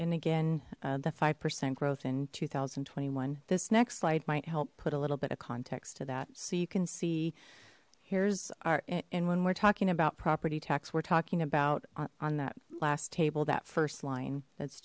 and again the five percent growth in two thousand and twenty one this next slide might help put a little bit of context to that so you can see here's our and when we're talking about property tax we're talking about on that last table that first line